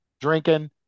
drinking